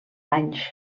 anys